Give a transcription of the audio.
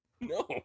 No